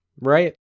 right